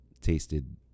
tasted